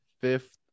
Fifth